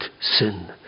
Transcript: sin